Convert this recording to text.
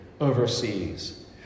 overseas